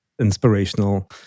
inspirational